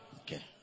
okay